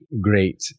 great